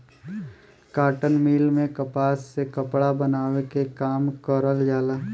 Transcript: cotton mill में कपास से कपड़ा बनावे के काम करल जाला